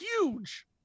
huge